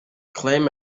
claim